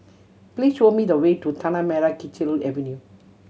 please show me the way to Tanah Merah Kechil Avenue